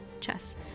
Chess